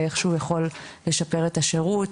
ואיך שהוא יכול לשפר את השירות.